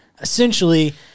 Essentially